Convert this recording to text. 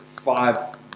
five